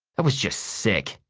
that was just sick.